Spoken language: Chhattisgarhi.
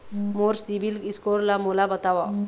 मोर सीबील स्कोर ला मोला बताव?